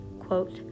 quote